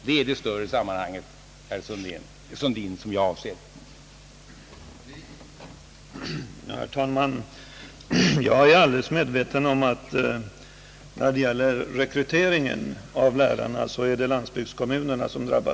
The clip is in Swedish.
Det är de större sammanhangen som jag avser, herr Sundin.